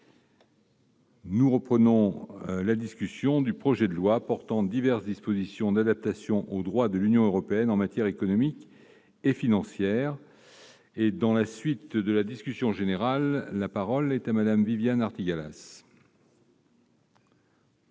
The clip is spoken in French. Nous reprenons la discussion du projet de loi portant diverses dispositions d'adaptation au droit de l'Union européenne en matière économique et financière. Dans la suite de la discussion générale, la parole est à Mme Viviane Artigalas.